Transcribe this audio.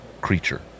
creature